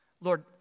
Lord